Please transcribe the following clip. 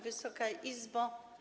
Wysoka Izbo!